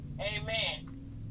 Amen